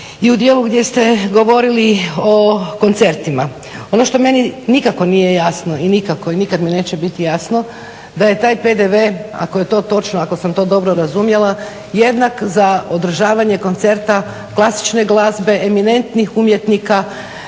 i u dijelu gdje ste govorili o koncertima. Ono što meni nikako nije jasno i nikad mi neće biti jasno da je taj PDV, ako je to točno, ako sam to dobro razumjela, jednak za održavanje koncerta klasične glazbe, eminentnih umjetnika,